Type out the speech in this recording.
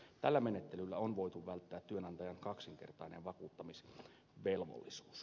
tällä menettelyllä on voitu välttää työnantajan kaksinkertainen vakuuttamisvelvollisuus